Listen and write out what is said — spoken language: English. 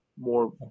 more